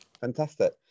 fantastic